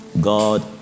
God